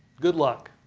good luck.